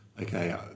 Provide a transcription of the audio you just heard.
okay